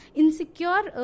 insecure